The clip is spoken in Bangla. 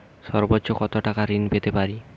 সর্বোচ্চ কত টাকা ঋণ পেতে পারি?